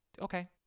okay